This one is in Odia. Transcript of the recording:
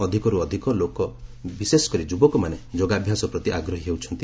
ଅଧିକରୁ ଅଧିକ ଲୋକ ବିଶେଷ କରି ଯୁବକମାନେ ଯୋଗାଭ୍ୟାସ ପ୍ରତି ଆଗ୍ରହୀ ହେଉଛନ୍ତି